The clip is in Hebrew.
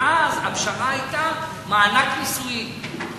ואז הפשרה היתה מענק נישואים.